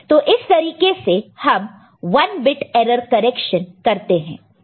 तो इस तरीके से हम 1 बिट एरर करेक्शन करते हैं